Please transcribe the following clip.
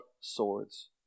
swords